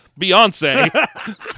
Beyonce